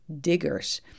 Diggers